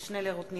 מירי רגב,